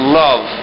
love